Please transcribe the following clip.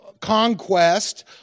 conquest